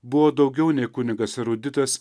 buvo daugiau nei kunigas eruditas